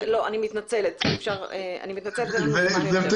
-- הוועדה מבקשת מהמשרד להגנת הסביבה --- גבירתי